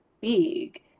big